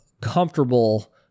comfortable